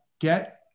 get